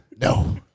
no